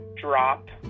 drop